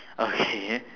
okay